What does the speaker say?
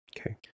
Okay